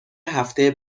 هفته